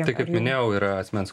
tai kaip minėjau yra asmens